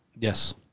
yes